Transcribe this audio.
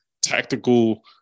tactical